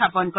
স্থাপন কৰে